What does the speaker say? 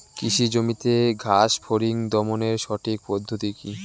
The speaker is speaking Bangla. কৃষি জমিতে ঘাস ফরিঙ দমনের সঠিক পদ্ধতি কি?